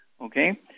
Okay